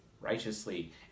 righteously